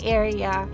area